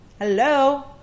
Hello